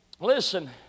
Listen